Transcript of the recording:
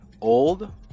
old